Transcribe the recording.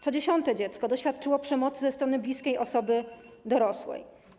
Co 10. dziecko doświadczyło przemocy ze strony bliskiej osoby dorosłej.